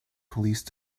police